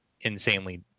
insanely